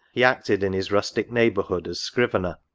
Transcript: he acted in his rustic neighbour hood as scrivener,